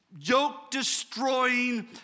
yoke-destroying